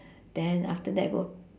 then after that go